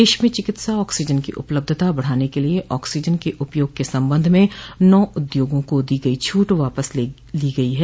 देश में चिकित्सा ऑक्सीजन की उपलब्धता बढ़ाने के लिए ऑक्सीजन के उपयोग के संबंध में नौ उद्योगों को दी गई छूट वापस ले ली गई है